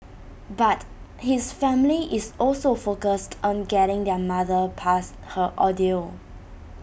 but his family is also focused on getting their mother past her ordeal